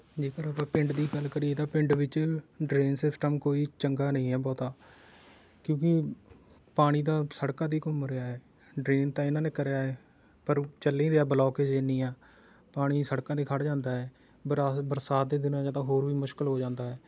ਜੇਕਰ ਆਪਾਂ ਪਿੰਡ ਦੀ ਗੱਲ ਕਰੀਏ ਤਾਂ ਪਿੰਡ ਵਿੱਚ ਡਰੇਨ ਸਿਸਟਮ ਕੋਈ ਚੰਗਾ ਨਹੀਂ ਹੈ ਬਹੁਤਾ ਕਿਉੰਕਿ ਪਾਣੀ ਤਾਂ ਸੜਕਾਂ 'ਤੇ ਹੀ ਘੁੰਮ ਰਿਹਾ ਹੈ ਡਰੇਨ ਤਾਂ ਇਹਨਾਂ ਨੇ ਕਰਿਆ ਹੈ ਪਰ ਓਹ ਚੱਲ ਹੀ ਨਹੀਂ ਰਿਹਾ ਬਲੋਕਜ ਇੰਨੀ ਆ ਪਾਣੀ ਸੜਕਾਂ 'ਤੇ ਖੜ੍ਹ ਜਾਂਦਾ ਹੈ ਬਰਾਸ ਬਰਸਾਤ ਦੇ ਦਿਨਾਂ 'ਚ ਤਾਂ ਹੋਰ ਵੀ ਮੁਸ਼ਕਿਲ ਹੋ ਜਾਂਦਾ ਹੈ